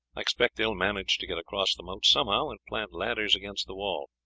i expect they will manage to get across the moat somehow and plant ladders against the wall.